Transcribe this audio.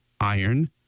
iron